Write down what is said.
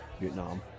Vietnam